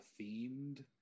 themed